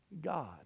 God